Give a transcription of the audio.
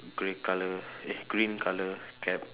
grey colour eh green colour cap